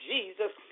Jesus